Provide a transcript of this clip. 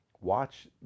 watch